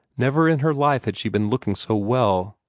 never in her life had she been looking so well.